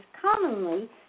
commonly